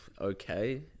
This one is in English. okay